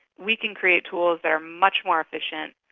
we can create tools that are much more efficient,